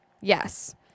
Yes